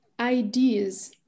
Ideas